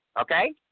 okay